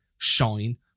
shine